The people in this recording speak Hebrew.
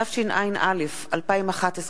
התשע”א 2011,